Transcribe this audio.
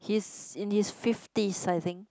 he's in his fifties I think